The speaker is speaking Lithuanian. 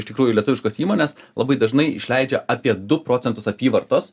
iš tikrųjų lietuviškos įmonės labai dažnai išleidžia apie du procentus apyvartos